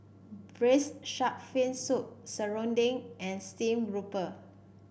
Braised Shark Fin Soup serunding and Steamed Grouper